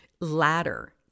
ladder